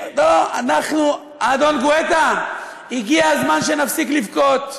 אדון גואטה, הגיע הזמן שנפסיק לבכות.